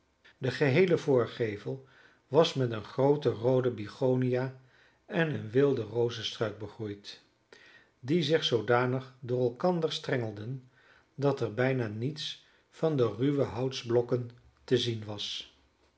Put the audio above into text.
de geheele voorgevel was met eene groote roode bignonia en een wilden rozestruik begroeid die zich zoodanig door elkander strengelden dat er bijna niets van de ruwe houtsblokken te zien was